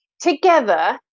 together